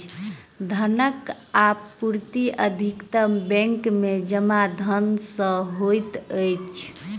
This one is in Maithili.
धनक आपूर्ति अधिकतम बैंक में जमा धन सॅ होइत अछि